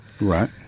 Right